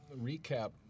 recap